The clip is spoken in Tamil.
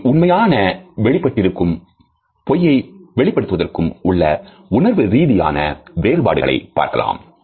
இங்கு உண்மையான வெளிப்பட்டிருக்கும் பொய்யை வெளிப்படுத்துவதற்கும் உள்ள உணர்வுரீதியான வேறுபாடுகளை பார்க்கலாம்